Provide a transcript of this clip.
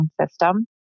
System